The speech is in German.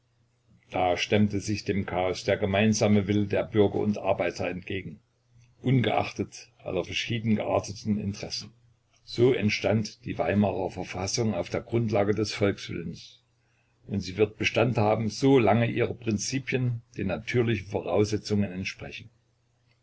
da stemmte sich dem chaos der gemeinsame wille der bürger und arbeiter entgegen ungeachtet aller verschieden gearteten interessen so entstand die weimarer verfassung auf der grundlage des volkswillens und sie wird bestand haben so lange ihre prinzipien den natürlichen voraussetzungen entsprechen